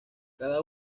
cada